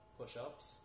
push-ups